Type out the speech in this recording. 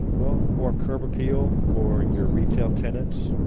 well, more curb appeal for your retail tenants.